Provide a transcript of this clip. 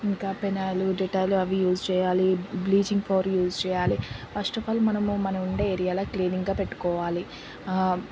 ఇంకా పెనాయిలు డేటాలు అవి యూజ్ చేయాలి బ్లీచింగ్ పౌడర్ యూజ్ చేయాలి ఫస్ట్ అఫ్ ఆల్ మనము మనం ఉండే ఏరియాలో క్లీనింగ్గా పెట్టుకోవాలి